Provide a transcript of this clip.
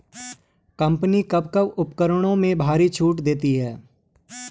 Company कब कब उपकरणों में भारी छूट देती हैं?